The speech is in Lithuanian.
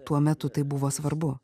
tuo metu tai buvo svarbu